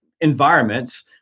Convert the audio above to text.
Environments